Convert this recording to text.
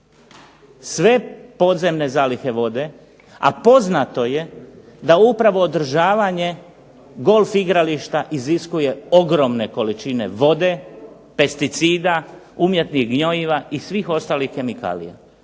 sve podzemne zalihe vode, a poznato je da upravo održavanje golf igrališta iziskuje ogromne količine vode, pesticida, umjetnih gnojiva i svih vrsta kemikalija.